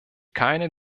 keine